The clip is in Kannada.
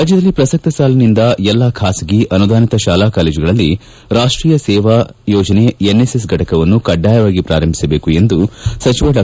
ರಾಜ್ಯದಲ್ಲಿ ಪ್ರಸತ್ತ ಸಾಲಿನಿಂದ ಎಲ್ಲಾ ಖಾಸಗಿ ಅನುದಾನಿತ ಶಾಲಾ ಕಾಲೇಜುಗಳಲ್ಲಿ ರಾಷ್ಷೀಯ ಸೇವಾ ಯೋಜನೆ ಎನ್ ಎಸ್ ಎಸ್ ಘಟಕವನ್ನು ಕಡ್ಡಾಯವಾಗಿ ಪ್ರಾರಂಭಿಸಬೇಕು ಎಂದು ಸಚಿವ ಡಾ